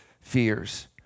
fears